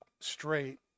straight